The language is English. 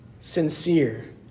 sincere